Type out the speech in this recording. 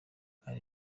hari